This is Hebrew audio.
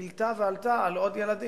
גילתה ועלתה על עוד ילדים.